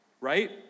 right